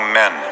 men